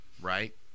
right